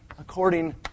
according